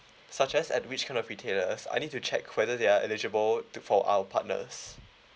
such as at which kind of retailers I need to check whether they are eligible to for our partners